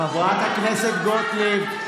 חברת הכנסת גוטליב,